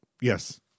yes